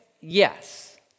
Yes